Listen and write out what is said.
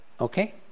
Okay